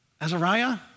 Azariah